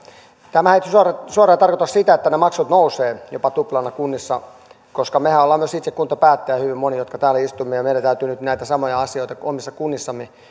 tämähän ei suoraan suoraan tarkoita sitä että ne maksut nousevat jopa tuplana kunnissa koska mehän olemme myös itse kuntapäättäjiä hyvin moni jotka täällä istumme ja meidän täytyy nyt näitä samoja asioita omissa kunnissamme